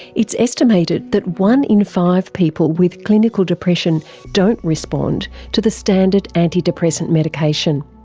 it's estimated that one in five people with clinical depression don't respond to the standard anti-depressant medication.